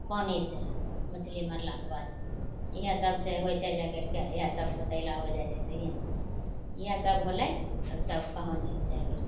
पानीसे मछली मरलाके बादमे इएह सबसे होइ छै जा करिके इएहसब बतैला हो जाइ छै सहिए इएहसब होलै तब सब कहानी जा करिके